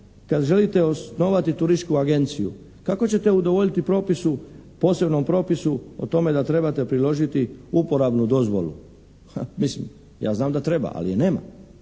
kad želite osnovati turističku agenciju, kako ćete udovoljiti propisu, posebnom propisu o tome da trebate priložiti uporabnu dozvolu? Mislim, ja znam da treba, ali je nema.